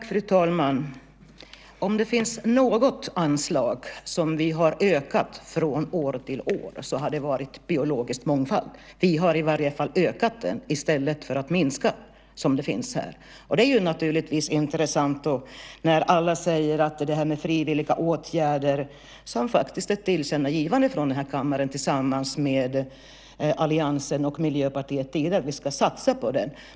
Fru talman! Om det finns något anslag som vi har ökat år från år är det biologisk mångfald. Vi har i alla fall ökat det i stället för att minska, som finns med här. Det är naturligtvis intressant när alla talar om det här med frivilliga åtgärder. Det finns faktiskt ett tillkännagivande från den här kammaren, med alliansen och Miljöpartiet, om att vi ska satsa på detta.